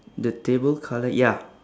the table colour ya